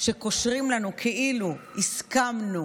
שקושרים אלינו שלפיה הסכמנו,